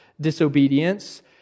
disobedience